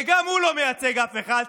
וגם הוא לא מייצג אף אחד,